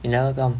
he never come